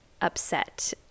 Upset